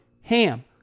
HAM